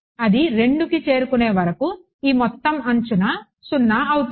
అది 2కి చేరుకునే వరకు ఈ మొత్తం అంచున 0 అవుతుంది